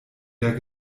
der